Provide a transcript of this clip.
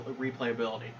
replayability